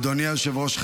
אדוני היושב ראש,